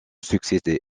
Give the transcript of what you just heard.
succédé